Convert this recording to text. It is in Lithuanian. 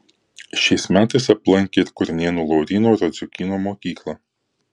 šiais metais aplankė ir kurnėnų lauryno radziukyno mokyklą